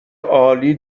عالی